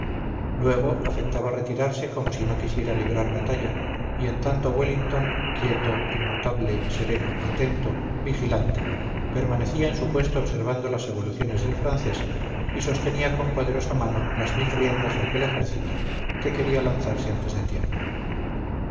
luego afectaba retirarse como si no quisiera librar batalla y en tanto wellington quieto inmutable sereno atento vigilante permanecía en su puesto observando las evoluciones del francés y sostenía con poderosa mano las mil riendas de aquel ejército que quería lanzarse antes de tiempo